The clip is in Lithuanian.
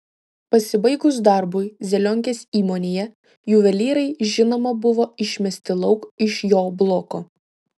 pasibaigus darbui zelionkės įmonėje juvelyrai žinoma buvo išmesti lauk iš jo bloko